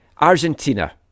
Argentina